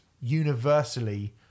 universally